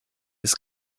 ist